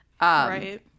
Right